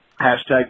hashtag